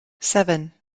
seven